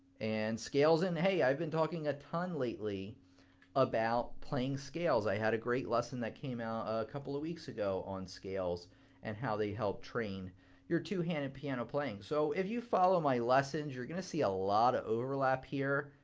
and scales and, hey, i've been talking a ton lately about playing scales. i had a great lesson that come out a couple of weeks ago on scales and how they help train your two-handed piano playing. so if you follow my lessons, you're gonna see a lot of overlap here.